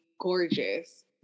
gorgeous